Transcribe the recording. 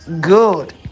Good